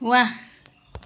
वाह